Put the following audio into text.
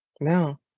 No